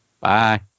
Bye